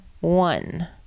one